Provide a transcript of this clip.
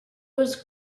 was